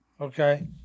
okay